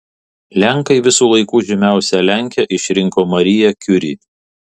lenkai visų laikų žymiausia lenke išrinko mariją kiuri